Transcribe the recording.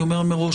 אני אומר מראש,